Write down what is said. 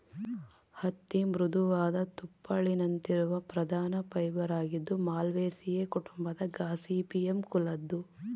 ಹತ್ತಿ ಮೃದುವಾದ ತುಪ್ಪುಳಿನಂತಿರುವ ಪ್ರಧಾನ ಫೈಬರ್ ಆಗಿದ್ದು ಮಾಲ್ವೇಸಿಯೇ ಕುಟುಂಬದ ಗಾಸಿಪಿಯಮ್ ಕುಲದ್ದು